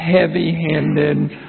heavy-handed